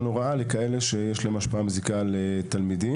הוראה לכאלה שיש להם השפעה מזיקה על תלמידים.